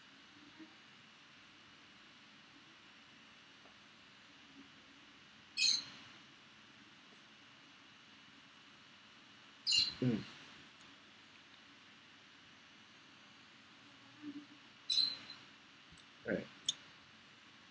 mm right